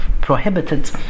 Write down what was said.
prohibited